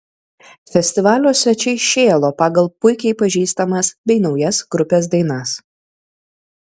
festivalio svečiai šėlo pagal puikiai pažįstamas bei naujas grupės dainas